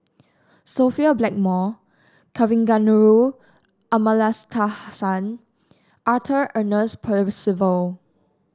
Sophia Blackmore Kavignareru Amallathasan Arthur Ernest Percival